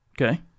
Okay